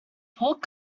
pork